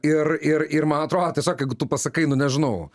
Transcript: ir ir ir man atrodo tiesiog jeigu tu pasakai nu nežinau